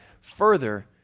further